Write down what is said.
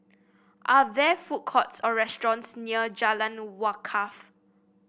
are there food courts or restaurants near Jalan Wakaff